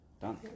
done